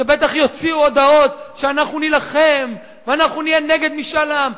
שבטח יוציאו הודעות שאנחנו נילחם ואנחנו נהיה נגד משאל עם,